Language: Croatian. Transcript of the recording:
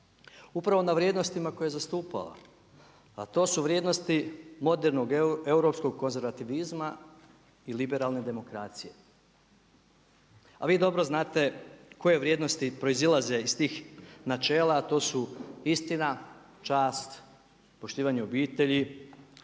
upravo na vrijednostima koje je zastupala, a to su vrijednosti modernog europskog konzervativizma i liberalne demokracije. A vi dobro znate koje vrijednosti proizilaze iz tih načela, a to su istina, čast, poštivanje obitelji,